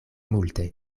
multe